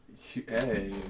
Hey